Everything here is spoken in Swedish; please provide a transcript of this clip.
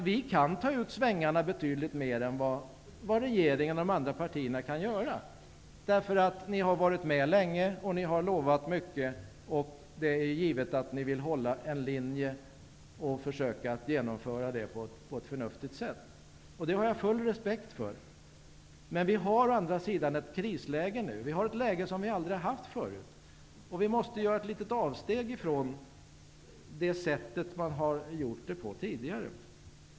Vi kan ta ut svängarna betydligt mer än vad regeringen och de andra partierna kan göra, därför att ni har varit med länge och lovat mycket, och det är givet att ni vill hålla en linje och försöka att genomföra den på ett förnuftigt sätt. Det har jag full respekt för. Men å andra sidan råder nu ett krisläge, ett läge som vi aldrig har haft förut. Det måste göras ett litet avsteg från det sätt som man har agerat på tidigare.